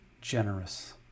generous